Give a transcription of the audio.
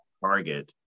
target